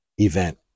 event